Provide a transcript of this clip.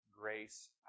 grace